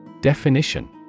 Definition